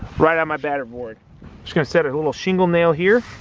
right on my batter board just gonna set it a little shingle nail here